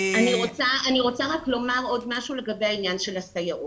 אני רוצה לומר עוד משהו לגבי העניין של הסייעות.